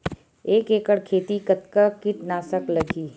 एक एकड़ खेती कतका किट नाशक लगही?